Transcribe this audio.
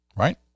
right